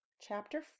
chapter